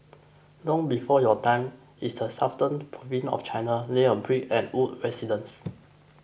long before your time in the southern province of China lay a brick and wood residence